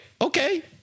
Okay